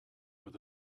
with